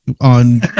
on